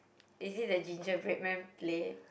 is it the gingerbread man play